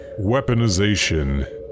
weaponization